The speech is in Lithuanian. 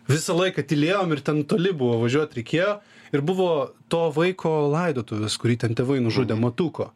visą laiką tylėjom ir ten toli buvo važiuot reikėjo ir buvo to vaiko laidotuvės kurį ten tėvai nužudė matuko